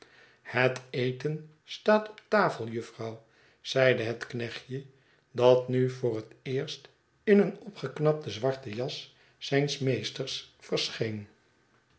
het eten staat op tafel juffrouw zeide het knechtje dat nu voor het eerst in een opgeknapten zwarten jas zijns meesters verscheen